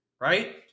right